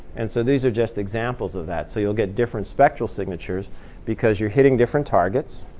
and so these are just examples of that. so you'll get different spectral signatures because you're hitting different targets.